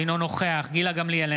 אינו נוכח גילה גמליאל,